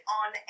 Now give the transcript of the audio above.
on